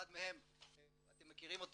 אחד מהם אתם מכירים,